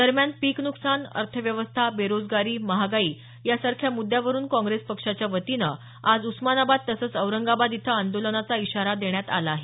दरम्यान पीक नुकसान अर्थव्यवस्था बेरोजगारी महागाई यासारख्या मुद्यांवरुन काँग्रेस पक्षाच्या वतीनं आज उस्मानाबाद तसंच औरंगाबाद इथं आंदोलनाचा इशारा देण्यात आला आहे